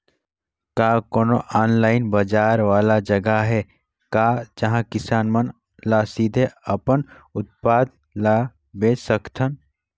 का कोनो ऑनलाइन बाजार वाला जगह हे का जहां किसान मन ल सीधे अपन उत्पाद ल बेच सकथन?